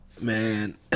Man